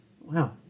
Wow